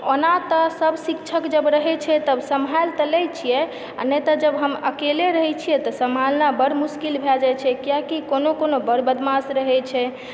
ओना तऽ सभ शिक्षक तब रहय छै तब संभालि तऽ लय छियै आ नहि तऽ जब हम अकेले रहय छियै तऽ सँभालना बड्ड मुश्किल भए जाइत छै किआकि कोनो कोनो बड़ बदमाश रहय छै